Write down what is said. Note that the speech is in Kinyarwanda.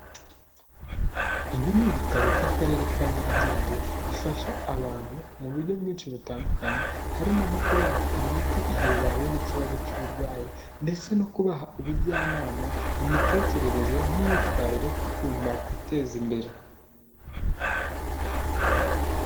Ibi ni ibitaro by'akarere ka Nyarugenge bifasha abantu mu buryo bwinshi butandukanye, harimo nko kubaha imiti igihe bahuye n'ikibazo cy'uburwayi ndetse no kubaha ubujyanama mu mitekerereze n'imyitwarire y'ukuntu bakwiteza imbere.